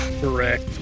Correct